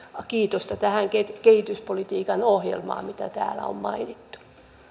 kiitos tästä kehityspolitiikan ohjelmasta mikä täällä on mainittu